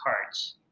cards